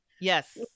yes